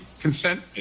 consent